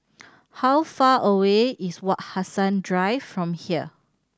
how far away is Wak Hassan Drive from here